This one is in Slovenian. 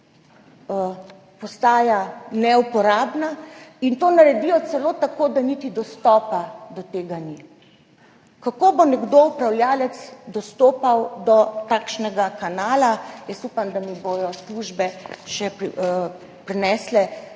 postaja neuporabna. To naredijo celo tako, da ni niti dostopa do tega. Kako bo nekdo, upravljavec, dostopal do takšnega kanala? Jaz upam, da mi bodo službe še prinesle